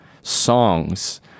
songs